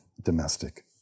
domestic